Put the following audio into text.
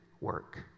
work